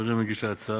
חברי מגיש ההצעה,